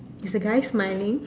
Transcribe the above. is the guy smiling